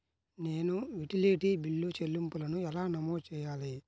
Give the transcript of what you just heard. నేను utility bill చెల్లింపులను ఎలా నమోదు చేయాలి?